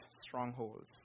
strongholds